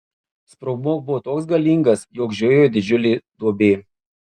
sprogmuo buvo toks galingas jog žiojėjo didžiulė duobė